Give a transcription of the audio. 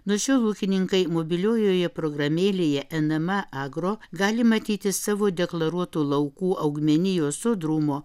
nuo šiol ūkininkai mobiliojoje programėlėje nma agro gali matyti savo deklaruotų laukų augmenijos sodrumo